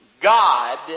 God